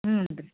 ಹ್ಞೂ ರೀ